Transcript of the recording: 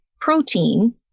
protein